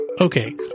Okay